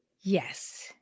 yes